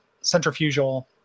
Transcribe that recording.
centrifugal